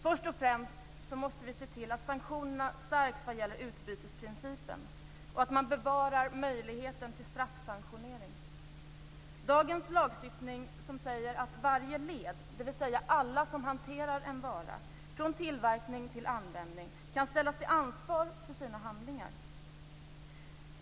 Först och främst måste vi se till att sanktionerna stärks vad gäller utbytesprincipen och att man bevarar möjligheten till straffsanktionering. Nuvarande lagstiftning säger att varje led, dvs. alla som hanterar en vara från tillverkning till användning, kan ställas till ansvar för sina handlingar.